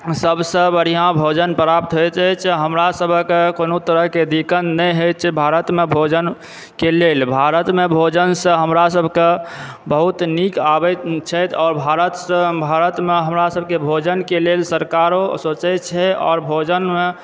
सबसे बढ़िऑं भोजन प्राप्त होइत अछि हमरा सबहक कोनो तरहक दिक्कत नहि होइ छै भारत मे भोजन के लेल भारत मे भोजन सॅं हमरा सबके बहुत नीक आबैत छथि आओर भारतमे हमरा सबके भोजनके लेल सरकारो सोचै छै आओर भोजन मे